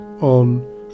on